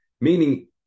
meaning